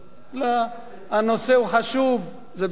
הנושא חשוב, זה בסדר.